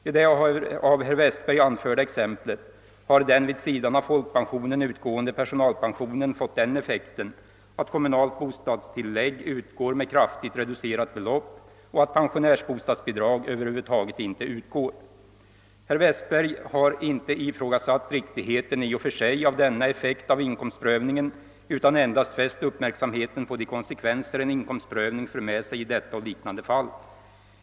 I det av herr Westberg anförda exemplet har den vid sidan av folkpensionen utgående personalpensionen fått den effekten att kommunalt bostadstillägg utgår med kraftigt reducerat belopp och att pensionärsbostadsbidrag över huvud taget inte utgår. Herr Westberg har inte ifrågasatt riktigheten i och för sig av denna effekt av inkomstprövningen utan endast fäst uppmärksamheten på de konsekvenser en inkomstprövning för med sig i detta och liknande fall.